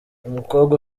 umukobwa